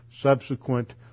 subsequent